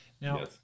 Now